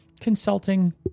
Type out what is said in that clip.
consulting